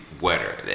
wetter